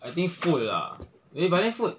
I think food ah eh but then food